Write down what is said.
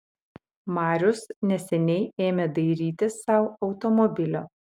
marius neseniai ėmė dairytis sau automobilio